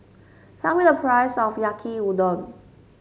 tell me the price of Yaki Udon